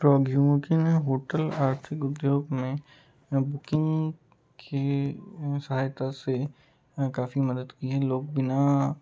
प्रौद्योगिकी ने होटल आर्थिक उद्योग ने बुकिंग की सहायता से काफ़ी मदद की है लोग बिना